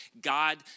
God